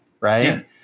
right